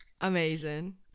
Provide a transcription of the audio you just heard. Amazing